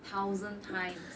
thousand times